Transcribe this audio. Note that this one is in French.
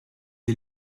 est